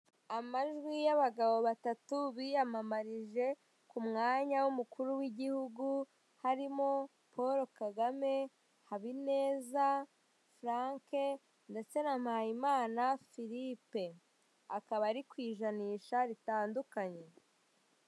Amajwi y'abagabo batatu biyamamarije ku mwanya w'umukuru w'igihugu harimo Poro kagame habineza furanke ndetse na mpayimana Filipe akaba ari ku ijanisha ritandukanye.